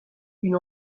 une